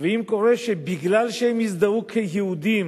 ואם קורה שבגלל שהם הזדהו כיהודים,